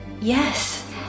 Yes